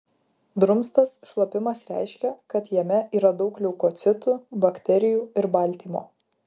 drumstas šlapimas reiškia kad jame yra daug leukocitų bakterijų ir baltymo